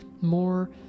more